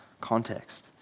context